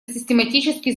систематический